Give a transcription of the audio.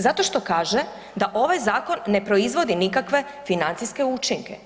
Zato što kaže da ovaj zakon ne proizvodi nikakve financijske učinke.